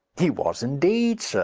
he was indeed, sir.